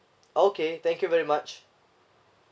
okay thank you very much